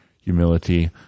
humility